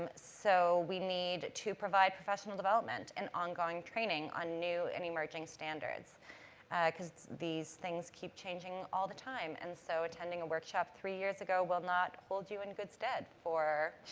um so, we need to provide professional development and ongoing training on new and emerging standards because, these things keep changing all the time. and so, attending a workshop three years ago will not hold you in good stead for,